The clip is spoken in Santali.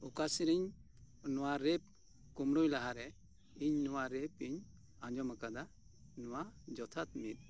ᱚᱠᱟ ᱥᱮᱫᱨᱮᱧ ᱱᱚᱣᱟ ᱨᱮᱯᱷ ᱠᱳᱢᱲᱳᱭ ᱞᱟᱦᱟᱨᱮ ᱤᱧ ᱱᱚᱣᱟ ᱨᱮᱯᱷ ᱤᱧ ᱟᱸᱡᱚᱢ ᱟᱠᱟᱫᱟ ᱱᱚᱣᱟ ᱡᱚᱛᱷᱟᱛ ᱢᱤᱫ